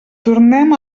tornem